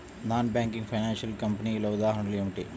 Non banking financial కంపెనీల ఉదాహరణలు ఏమిటి?